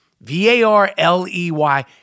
V-A-R-L-E-Y